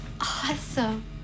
awesome